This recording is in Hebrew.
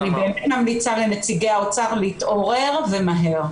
ואני באמת ממליצה לנציגי האוצר להתעורר ומהר.